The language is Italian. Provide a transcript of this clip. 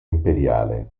imperiale